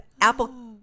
Apple